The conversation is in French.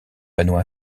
panneaux